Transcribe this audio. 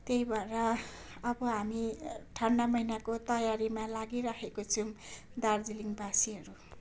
त्यही भएर अब हामी ठन्डा महिनाको तयारीमा लागिरहेको छौँ दार्जिलिङवासीहरू